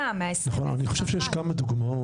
100, 120. אני חושב שיש כמה דוגמאות